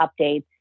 updates